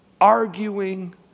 arguing